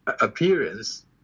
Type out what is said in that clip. appearance